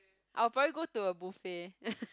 I'll probably go to a buffet